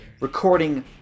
recording